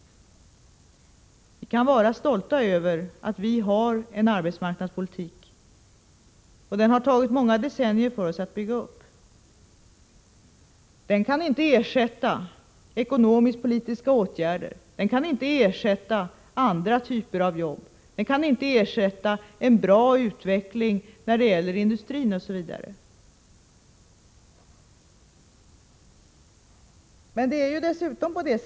Vi kan vara stolta över att vi har en arbetsmarknadspolitik. Den har tagit många decennier för oss att bygga upp. Den kan inte ersätta ekonomiskpolitiska åtgärder, och den kan inte ersätta andra typer av jobb. Den kan inte heller ersätta en bra utveckling när det gäller industrin, osv.